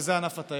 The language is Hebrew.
וזה ענף התיירות.